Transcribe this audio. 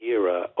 era